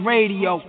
Radio